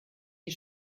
die